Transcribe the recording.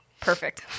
Perfect